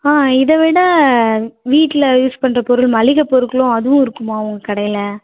ஆ இதைவிட வீட்டில் யூஸ் பண்ணுற பொருள் மளிகை பொருட்களும் அதுவும் இருக்குமா உங்க கடையில்